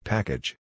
Package